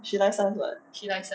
she life science [what]